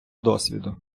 досвіду